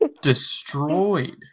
destroyed